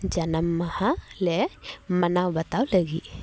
ᱡᱟᱱᱟᱢ ᱢᱟᱦᱟ ᱞᱮ ᱢᱟᱱᱟᱣ ᱵᱟᱛᱟᱣ ᱞᱟᱹᱜᱤᱫ